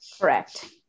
Correct